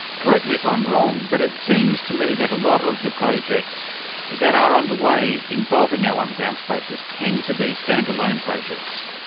correct me if i'm wrong, but it seems to me that a lot of the projects that are underway involving our underground spaces tend to be stand-alone projects.